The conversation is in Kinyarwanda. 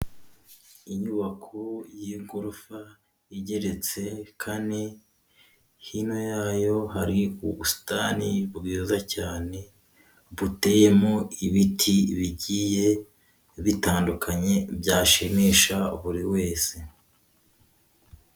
Inyubako y'igorofa igeretse kane hino yayo hari ubusitani bwiza cyane, buteyemo ibiti bigiye bitandukanye byashimisha buri wese.